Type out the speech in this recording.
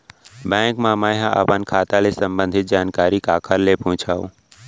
Bank मा मैं ह अपन खाता ले संबंधित जानकारी काखर से पूछव?